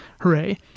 Hooray